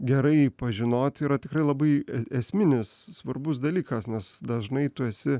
gerai pažinoti yra tikrai labai esminis svarbus dalykas nes dažnai tu esi